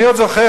אני עוד זוכר,